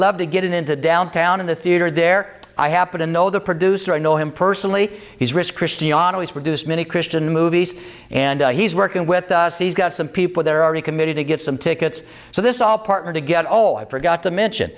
love to get into downtown in the theater and there i happen to know the producer i know him personally he's risk christiane has produced many christian movies and he's working with us he's got some people there already committed to get some tickets so this all partner to get oh i forgot to mention